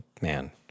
man